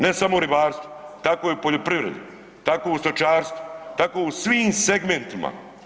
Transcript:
Ne samo u ribarstvu tako i u poljoprivredi, tako u stočarstvu, tako u svim segmentima.